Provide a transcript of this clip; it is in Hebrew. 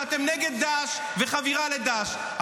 שאתם נגד דאעש וחבירה לדאעש,